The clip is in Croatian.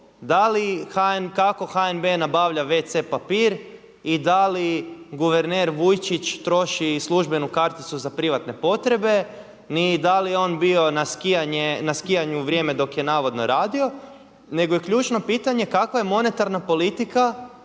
kako HNB nabavlja wc papir i da li guverner Vujčić troši službenu karticu za privatne potrebe ni da li je on bio na skijanju u vrijeme dok je navodno radio nego je ključno pitanje kakva je monetarna politika